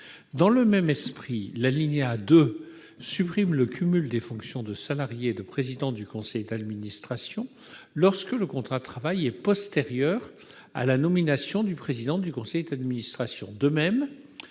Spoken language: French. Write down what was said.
Dans le même esprit, le 2° supprime le cumul des fonctions de salarié et de président du conseil d'administration lorsque le contrat de travail est postérieur à la nomination du président du conseil d'administration.